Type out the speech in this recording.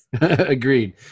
Agreed